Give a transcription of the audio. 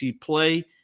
play